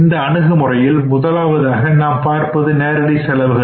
இந்த அணுகுமுறையில் முதலாவதாக நாம் பார்ப்பது நேரடி செலவுகள்